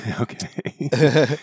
Okay